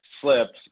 slips